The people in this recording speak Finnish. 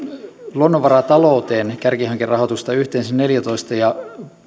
luonnonvaratalouteen on kärkihankerahoitusta yhteensä neljätoista pilkku